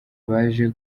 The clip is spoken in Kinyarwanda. baje